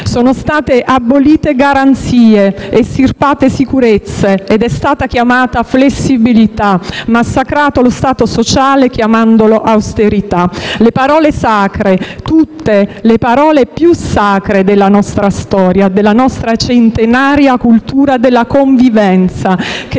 Sono state abolite garanzie, estirpate sicurezze ed è stata chiamata flessibilità. È stato massacrato lo Stato sociale, chiamandolo austerità. Le parole sacre, tutte, le parole più sacre della nostra storia, della nostra centenaria cultura della convivenza, che